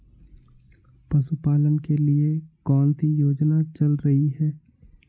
पशुपालन के लिए कौन सी योजना चल रही है?